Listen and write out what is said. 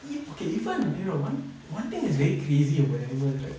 if okay can even you know one one thing is very crazy about animals right